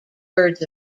birds